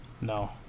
No